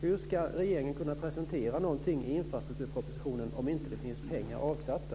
Hur ska regeringen kunna presentera någonting i infrastrukturpropositionen om det inte finns pengar avsatta?